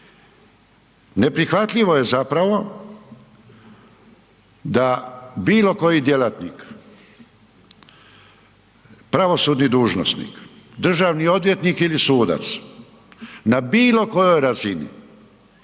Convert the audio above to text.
Neprihvatljivo je zapravo da bilo koji djelatnik, pravosudni dužnosnik, državni odvjetnik ili sudac na bilo kojoj razini